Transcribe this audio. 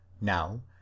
Now